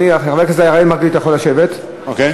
חבר הכנסת אראל מרגלית, אתה יכול לשבת במקום.